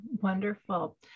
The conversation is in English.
wonderful